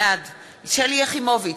בעד שלי יחימוביץ,